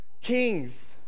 Kings